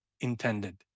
intended